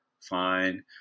Fine